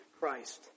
Christ